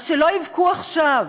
אז שלא יבכו עכשיו.